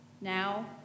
now